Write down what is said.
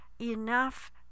enough